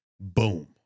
Boom